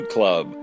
Club